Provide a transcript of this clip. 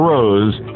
Rose